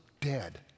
dead